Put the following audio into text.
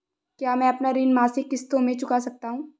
क्या मैं अपना ऋण मासिक किश्तों में चुका सकता हूँ?